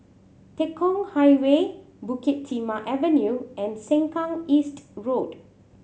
Tekong Highway Bukit Timah Avenue and Sengkang East Road